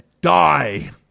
Die